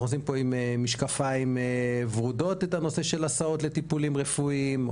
אנחנו עובדים עם משקפיים ורודות לגבי הנושא של הסעות לטיפולים רפואיים,